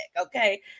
okay